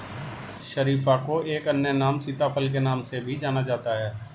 शरीफा को एक अन्य नाम सीताफल के नाम से भी जाना जाता है